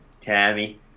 Tammy